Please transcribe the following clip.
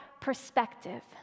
perspective